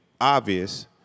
obvious